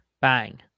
Bang